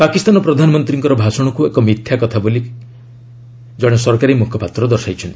ପାକିସ୍ତାନ ପ୍ରଧାନମନ୍ତ୍ରୀଙ୍କର ଭାଷଣକୁ ଏକ ମିଥ୍ୟା କଥା ବୋଲି ଜଣେ ସରକାରୀ ମୁଖପାତ୍ର ଦର୍ଶାଇଛନ୍ତି